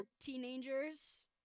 teenagers